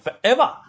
forever